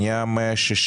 הפנייה אושרה.